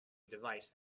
device